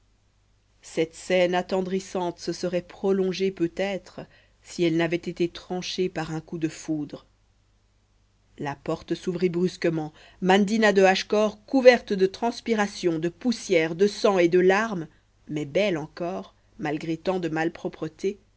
cette scène attendrissante se serait prolongée peut-être si elle n'avait été tranchée par un coup de foudre la porte s'ouvrit brusquement mandina de hachecor couverte de transpiration de poussière de sang et de larmes mais belle encore malgré tant de